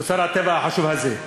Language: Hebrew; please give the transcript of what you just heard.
אוצר הטבע החשוב הזה,